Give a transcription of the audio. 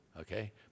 Okay